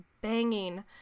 banging